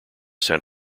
san